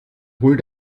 hol